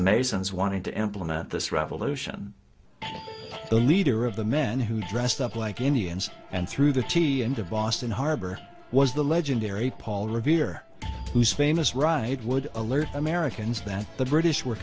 masons wanted to implement this revolution the leader of the men who dressed up like indians and threw the tea into boston harbor was the legendary paul revere whose famous ride would alert americans that the british were